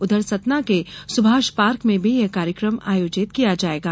उधर सतना के सुभाष पार्क में भी यह कार्यक्रम आयोजित किया जाएगा